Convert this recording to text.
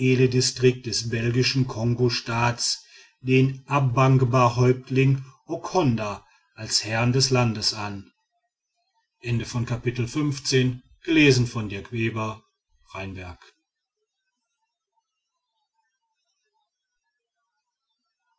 uelledistrikt des belgischen kongostaats den a bangbahäuptling okonda als herrn des landes an